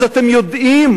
אז אתם יודעים,